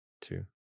two